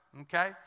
Okay